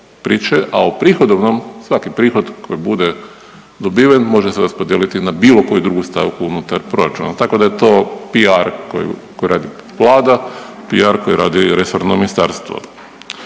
a u prihodovnom svaki prihod koji bude dobiven može se raspodijeliti na bilo koju drugu stavku unutar proračuna. Tako da je to PR koji radi Vlada, PR koje radi resorno ministarstvo.